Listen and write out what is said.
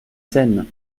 scène